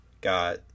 got